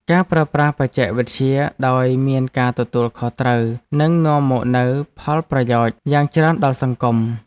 ការប្រើប្រាស់បច្ចេកវិទ្យាដោយមានការទទួលខុសត្រូវនឹងនាំមកនូវផលប្រយោជន៍យ៉ាងច្រើនដល់សង្គម។